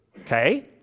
Okay